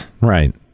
right